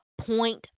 Point